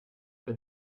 but